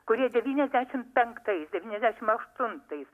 kurie devyniasdešim penktais devyniasdešim aštuntais